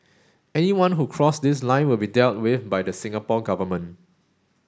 anyone who cross this line will be dealt with by the Singapore Government